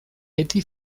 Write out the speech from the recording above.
beti